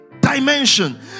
dimension